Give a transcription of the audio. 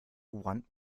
want